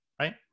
right